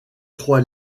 trois